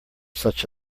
such